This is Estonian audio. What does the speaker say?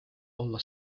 olla